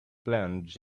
plunge